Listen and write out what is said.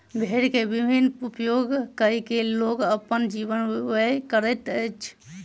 भेड़ के विभिन्न उपयोग कय के लोग अपन जीवन व्यय करैत अछि